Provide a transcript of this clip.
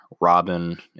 Robin